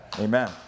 Amen